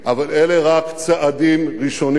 אבל אלה רק צעדים ראשונים.